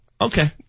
Okay